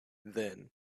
then